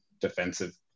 defensive